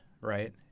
Right